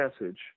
message